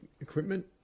equipment